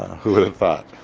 who would've thought?